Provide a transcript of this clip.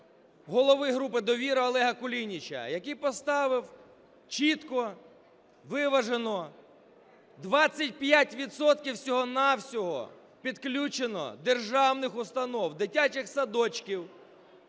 голови групи "Довіра" Олега Кулініча, який поставив чітко, виважено: 25 відсотків всього-на-всього підключено державних установ, дитячих садочків,